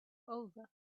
over